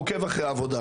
עוקב אחרי העבודה שלך.